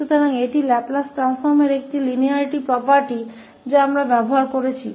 तो यह Laplace transform की एक linearity property है जिसका हम उपयोग कर रहे हैं